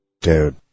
Dude